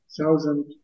Thousand